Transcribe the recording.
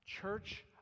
Church